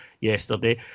yesterday